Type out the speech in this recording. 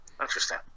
Interesting